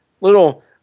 little